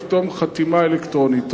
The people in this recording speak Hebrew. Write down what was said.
לחתום חתימה אלקטרונית.